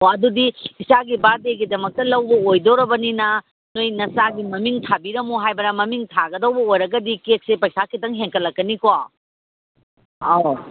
ꯑꯣ ꯑꯗꯨꯗꯤ ꯏꯆꯥꯒꯤ ꯕꯥꯔꯠꯗꯦꯒꯤꯗꯃꯛꯇ ꯂꯧꯕ ꯑꯣꯏꯗꯣꯔꯕꯅꯤꯅ ꯅꯣꯏ ꯅꯆꯥꯒꯤ ꯃꯃꯤꯡ ꯊꯥꯕꯤꯔꯝꯃꯣ ꯍꯥꯏꯕ꯭ꯔꯥ ꯃꯃꯤꯡ ꯊꯥꯒꯗꯧꯕ ꯑꯣꯏꯔꯒꯗꯤ ꯀꯦꯛꯁꯦ ꯄꯩꯁꯥ ꯈꯤꯇꯪ ꯍꯦꯟꯒꯠꯂꯛꯀꯅꯤꯀꯣ ꯑꯧ